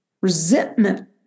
resentment